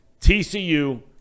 TCU